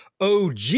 OG